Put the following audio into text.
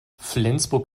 flensburg